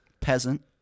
Peasant